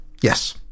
Yes